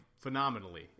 phenomenally